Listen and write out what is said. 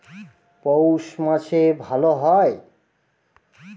পৌষ মাসে ভালো হয়?